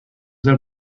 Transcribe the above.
del